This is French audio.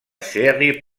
série